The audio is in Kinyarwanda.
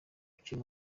gukina